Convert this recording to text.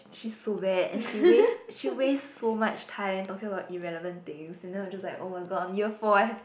she's so bad and she wastes she wastes so much time talking about irrelevant things and then I'm just like oh-my-god I'm year four I have